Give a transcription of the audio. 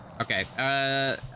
okay